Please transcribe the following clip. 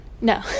No